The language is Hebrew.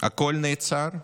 הכול נעצר,